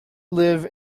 live